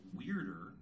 weirder